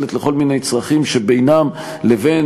שמנוצלת לכל מיני צרכים שבינם לבין